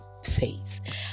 says